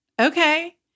Okay